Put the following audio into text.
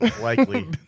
Likely